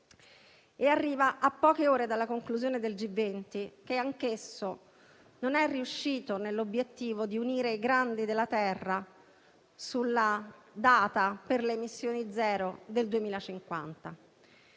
e arriva a poche ore dalla conclusione del G20, che anch'esso non è riuscito nell'obiettivo di unire i grandi della Terra sulla data per le emissioni zero del 2050.